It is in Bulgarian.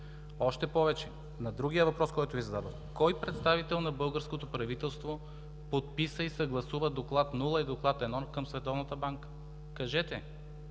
Още повече, на другия въпрос, който Ви зададох: кой представител на българското правителство подписа и съгласува Доклад 0 и Доклад 1 към Световната